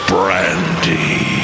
Brandy